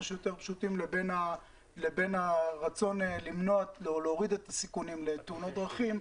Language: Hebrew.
שיותר פשוטים לבין הרצון להוריד את הסיכונים לתאונות דרכים,